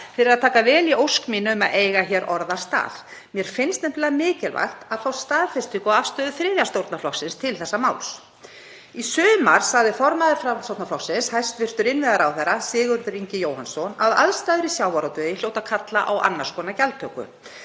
fyrir að taka vel í ósk mína um að eiga hér orðastað. Mér finnst nefnilega mikilvægt að fá staðfestingu á afstöðu þriðja stjórnarflokksins til þessa máls. Í sumar sagði formaður Framsóknarflokksins, hæstv. innviðaráðherra, Sigurður Ingi Jóhannsson, að aðstæður í sjávarútvegi hlytu að kalla á annars konar gjaldtöku.